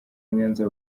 nyanza